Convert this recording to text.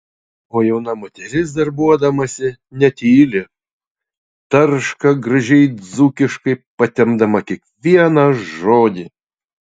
o jauna moteris darbuodamasi netyli tarška gražiai dzūkiškai patempdama kiekvieną žodį